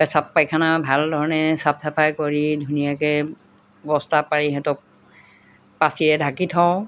পেচাপ পাইখানা ভাল ধৰণে চাফ চাফাই কৰি ধুনীয়াকৈ বস্তা পাৰি সিহঁতক পাচিৰে ঢাকি থওঁ